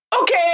okay